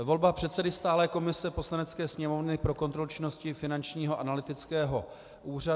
Návrh na volbu předsedy stálé komise Poslanecké sněmovny pro kontrolu činnosti Finančního analytického úřadu